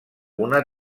una